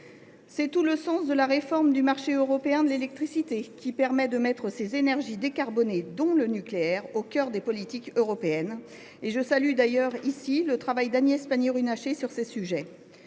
C’est tout le sens aussi de la réforme du marché européen de l’électricité, qui permet de mettre ces énergies décarbonées, dont le nucléaire, au cœur des politiques européennes. Je salue d’ailleurs le travail d’Agnès Pannier Runacher sur ces sujets.